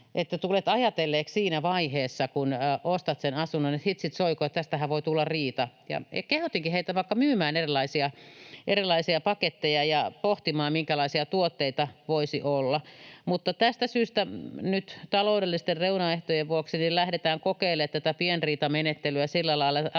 että tulet ajatelleeksi siinä vaiheessa, kun ostat sen asunnon, että hitsit soikoon, tästähän voi tulla riita. Kehotinkin heitä vaikka myymään erilaisia paketteja ja pohtimaan, minkälaisia tuotteita voisi olla. Mutta tästä syystä nyt taloudellisten reunaehtojen vuoksi lähdetään kokeilemaan tätä pienriitamenettelyä sillä lailla,